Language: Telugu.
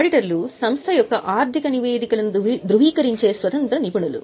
ఆడిటర్లు సంస్థ యొక్క ఆర్థిక నివేదికలను ధృవీకరించే స్వతంత్ర నిపుణులు